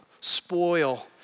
Spoil